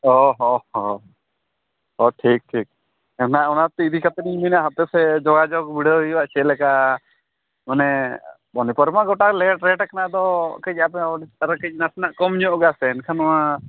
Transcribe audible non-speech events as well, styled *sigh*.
ᱚᱼᱦᱚᱼᱦᱚ ᱴᱷᱤᱠ ᱴᱷᱤᱠ *unintelligible* ᱚᱱᱟᱛᱮ ᱤᱫᱤ ᱠᱟᱛᱮᱫᱤᱧ ᱢᱮᱱᱮᱫᱼᱟ ᱦᱟᱯᱮᱥᱮ ᱡᱳᱜᱟᱡᱳᱜᱽ ᱵᱤᱰᱟᱹᱣ ᱦᱩᱭᱩᱜᱼᱟ ᱪᱮᱫᱞᱮᱠᱟ ᱚᱱᱮ *unintelligible* ᱢᱟ ᱜᱚᱴᱟᱜᱮ *unintelligible* ᱨᱮᱹᱴ ᱟᱠᱟᱱᱟ ᱟᱫᱚ ᱠᱟᱹᱡ ᱟᱯᱮᱦᱚᱸ ᱩᱲᱤᱥᱥᱟᱨᱮ ᱠᱟᱹᱡ ᱱᱟᱥᱮᱱᱟᱜ ᱠᱚᱢᱧᱚᱜᱼᱟ ᱥᱮ ᱮᱱᱠᱷᱟᱱ ᱱᱚᱣᱟ